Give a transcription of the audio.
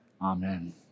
Amen